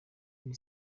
iri